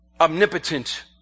omnipotent